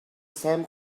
same